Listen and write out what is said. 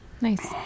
Nice